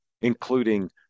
including